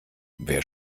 wer